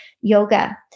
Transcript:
yoga